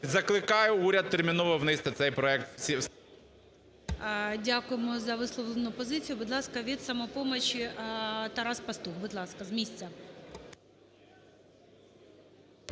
Закликаю уряд терміново внести цей проект. ГОЛОВУЮЧИЙ. Дякуємо за висловлену позицію. Будь ласка, від "Самопомочі" Тарас Пастух. Будь ласка, з місця.